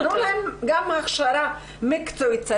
גם הכשרה מקצועית.